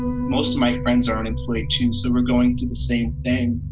most of my friends are unemployed, too. so we're going through the same thing.